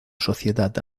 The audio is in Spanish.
sociedad